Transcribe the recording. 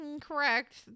correct